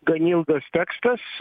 gan ilgas tekstas